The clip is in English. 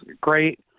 great